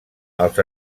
els